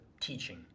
teaching